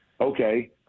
okay